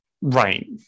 Right